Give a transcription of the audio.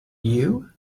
you